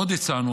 עוד הצענו,